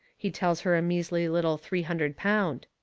he tells her a measly little three hundred pound.